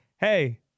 Hey